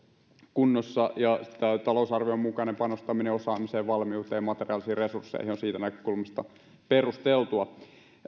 kunnossa tämän talousarvion mukainen panostaminen osaamiseen valmiuteen ja materiaalisiin resursseihin on siitä näkökulmasta perusteltua